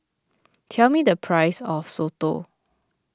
tell me the price of Soto